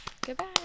Goodbye